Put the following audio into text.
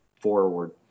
forward